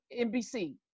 NBC